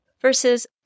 versus